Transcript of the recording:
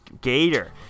gator